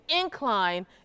incline